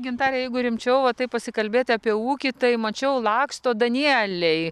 gintare jeigu rimčiau va taip pasikalbėti apie ūkį tai mačiau laksto danieliai